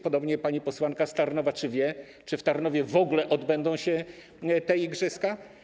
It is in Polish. Podobnie czy pani posłanka z Tarnowa wie, czy w Tarnowie w ogóle odbędą się te igrzyska?